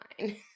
fine